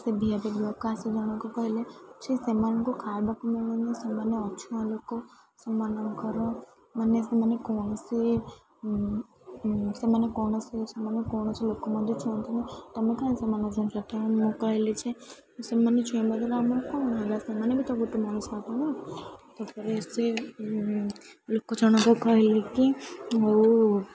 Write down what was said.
ସେ V I P ବ୍ଲକକୁ ଲୋକ ଆସି ଜଣଙ୍କୁ କହିଲେ ସେ ସେମାନଙ୍କୁ ଖାଇବାକୁ ମିଳୁନି ସେମାନେ ଅଛୁଆଁ ଲୋକ ସେମାନଙ୍କର ମାନେ ସେମାନେ କୌଣସି ସେମାନେ କୌଣସି ସେମାନେ କୌଣସି ଲୋକ ମଧ୍ୟ ଛୁଅଁନ୍ତିନି ତମେ କାଇଁ ସେମାନଙ୍କୁ ଛୁଉଁଛ ତ ମୁଁ କହିଲି ଯେ ସେମାନେ ଛୁଇଁବା ଦ୍ୱାରା ଆମର କ'ଣ ସେମାନେ ବି ତ ଗୋଟେ ମଣିଷ ତାପରେ ସେ ଲୋକ ଜଣଙ୍କୁ କହିଲି କିି ଆଉ